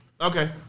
Okay